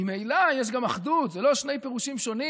ממילא יש גם אחדות, זה לא שני פירושים שונים.